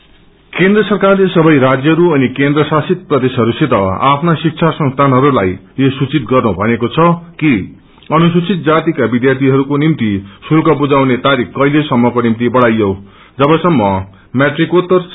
SC ST केन्द्र सरकारले सबै राज्यहरू अनि केन्द्रशासित प्रदेशहरूसित आफ्ना शिक्षा संस्यानहरूलाई यो सूचित गर्नु भनेको छ कि अनुसुचित जातिका विध्यार्थीहरूको निम्ति शुल्क बुझाउने तारिख कहिलेसम्मको निम्ति बढ़ाइयोस जब सम्म म्याट्रिकोत्तर हित्य हिन्दी हो